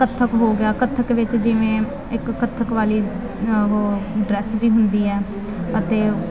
ਕੱਥਕ ਹੋ ਗਿਆ ਕੱਥਕ ਵਿੱਚ ਜਿਵੇਂ ਇੱਕ ਕੱਥਕ ਵਾਲੀ ਉਹ ਡਰੈਸ ਜਿਹੀ ਹੁੰਦੀ ਹੈ ਅਤੇ